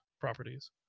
properties